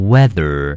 Weather